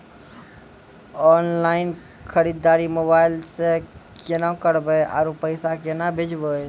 Online खरीददारी mobile से केना करबै, आरु पैसा केना भेजबै?